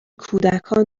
کودکان